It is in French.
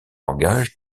langages